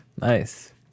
Nice